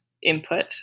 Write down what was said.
input